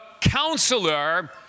Counselor